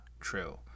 true